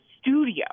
studio